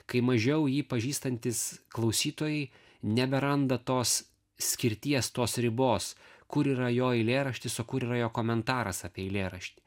kai mažiau jį pažįstantys klausytojai neberanda tos skirties tos ribos kur yra jo eilėraštis o kur yra jo komentaras apie eilėraštį